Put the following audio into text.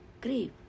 grief